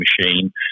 machine